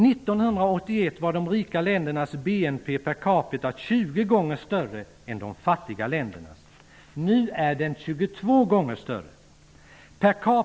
1981 var de rika ländernas BNP per capita 20 gånger större än de fattiga ländernas. Nu är den 22 gånger större.